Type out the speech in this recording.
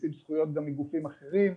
מכניסים זכויות גם מגופים אחרים,